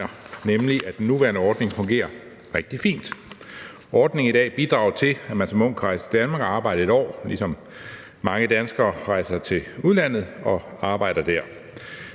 nemlig, at den nuværende ordning fungerer rigtig fint. Ordningen i dag bidrager til, at man som ung kan rejse til Danmark og arbejde 1 år, ligesom mange danskere rejser til udlandet og arbejder der.